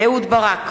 אהוד ברק,